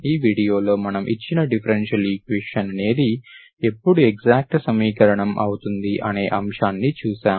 ఈ వీడియోలో మనం ఇచ్చిన డిఫరెన్షియల్ ఈక్వేషన్ అనేది ఎప్పుడు ఎక్సాక్ట్ సమీకరణం అవుతుంది అనే అంశాన్ని చూశాము